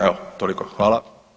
Evo toliko, hvala.